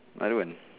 I don't want